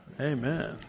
amen